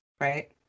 right